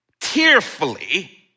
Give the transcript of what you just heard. tearfully